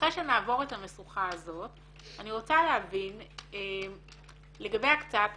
אחרי שנעבור את המשוכה הזאת אני רוצה להבין לגבי הקצאת המשאבים.